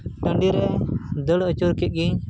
ᱴᱟᱺᱰᱤᱨᱮ ᱫᱟᱹᱲ ᱟᱹᱪᱩᱨ ᱠᱮᱫᱜᱤᱧ